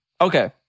Okay